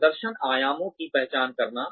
प्रदर्शन आयामों की पहचान करना